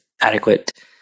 adequate